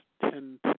tend